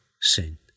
sin